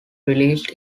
released